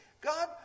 God